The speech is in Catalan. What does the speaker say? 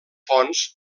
fonts